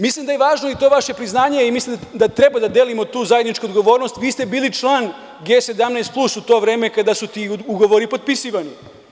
Mislim da je važno i to vaše priznanje i mislim da treba da delimo tu zajedničku odgovornost, vi ste bili član G17 plus u to vreme kada su ti ugovori potpisivani.